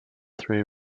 three